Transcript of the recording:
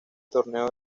torneo